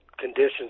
conditions